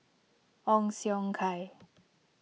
Ong Siong Kai